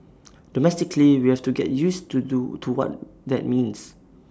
domestically we have to get used to do to what that means